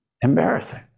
embarrassing